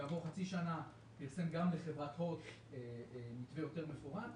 כעבור חצי שנה הוא פרסם גם לחברת הוט מתווה יותר מפורט.